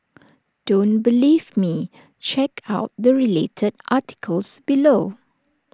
don't believe me check out the related articles below